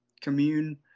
commune